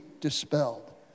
dispelled